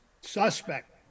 suspect